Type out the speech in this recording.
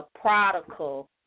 Prodigal